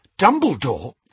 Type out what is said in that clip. Dumbledore